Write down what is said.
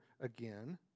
again